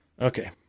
Okay